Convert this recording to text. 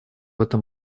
этом